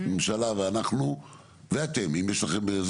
ממשלה ואנחנו ואתם אם יש לכם,